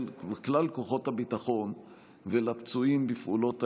וכלל כוחות הביטחון ולפצועים בפעולות האיבה.